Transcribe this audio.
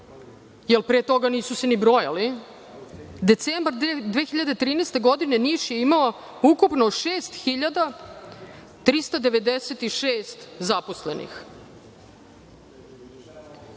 jer pre toga se nisu ni brojali, decembar 2013. godine, Niš je imao ukupno 6396 zaposlenih.